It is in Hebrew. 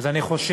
אז אני חושב